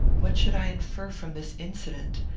what should i infer from this incident?